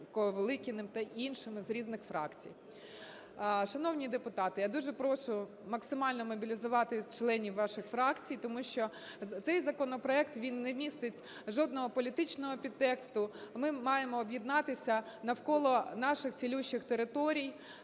Велікіним та іншими, з різних фракцій. Шановні депутати, я дуже прошу максимально мобілізувати членів ваших фракцій, тому що цей законопроект він не містить жодного політичного підтексту. Ми маємо об'єднатися навколо наших цілющих територій,